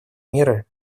меры